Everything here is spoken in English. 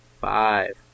Five